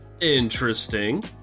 Interesting